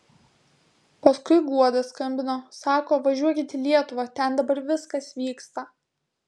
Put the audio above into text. paskui guoda skambino sako važiuokit į lietuvą ten dabar viskas vyksta